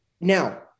Now